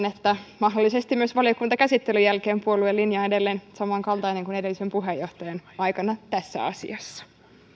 että mahdollisesti myös sitten valiokuntakäsittelyn jälkeen puolueen linja on edelleen samankaltainen kuin edellisen puheenjohtajan aikana tässä asiassa